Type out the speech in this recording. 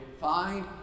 find